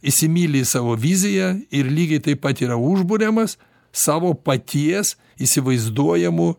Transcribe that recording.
įsimyli savo viziją ir lygiai taip pat yra užburiamas savo paties įsivaizduojamų